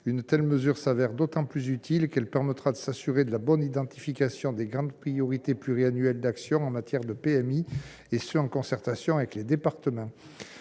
Une telle mesure s'avère d'autant plus utile qu'elle permettra de s'assurer de la bonne identification des grandes priorités pluriannuelles d'action en matière de PMI, et ce en concertation avec les départements.